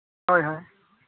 ᱦᱳᱭ ᱦᱳᱭ